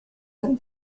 that